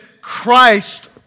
Christ